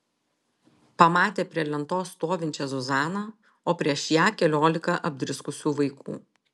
pamatė prie lentos stovinčią zuzaną o prieš ją keliolika apdriskusių vaikų